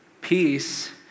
peace